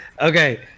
Okay